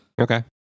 Okay